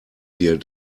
dir